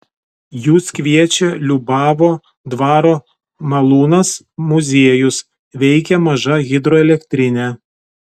jus kviečia liubavo dvaro malūnas muziejus veikia maža hidroelektrinė